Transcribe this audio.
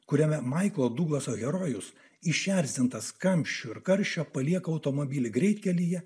kuriame maiklo duglaso herojus išerzintas kamščių ir karšio palieka automobilį greitkelyje